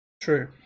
True